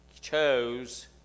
chose